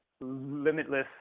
limitless